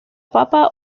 papa